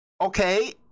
Okay